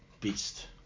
beast